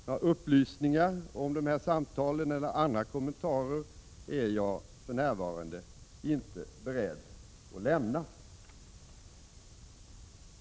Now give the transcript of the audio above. Några upplysningar om de samtalen eller några andra kommentarer är jag nu inte beredd att lämna.